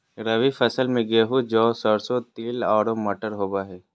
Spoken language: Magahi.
रबी फसल में गेहूं, जौ, सरसों, तिल आरो मटर होबा हइ